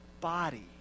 body